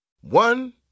One